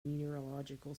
meteorological